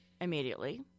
immediately